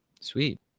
sweet